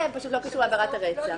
פשוט לא קשור לעבירת הרצח.